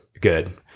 good